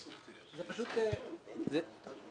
תשמע, אתה רוצה לפתוח גמ"ח, אני רוצה לעזור לך.